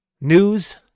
news